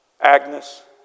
Agnes